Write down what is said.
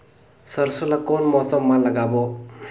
सरसो ला कोन मौसम मा लागबो?